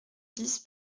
dix